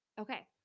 Okay